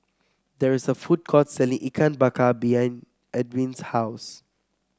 there is a food court selling Ikan Bakar behind Edw's house